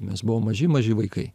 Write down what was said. mes buvom maži maži vaikai